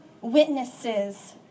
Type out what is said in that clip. witnesses